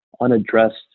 unaddressed